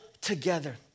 together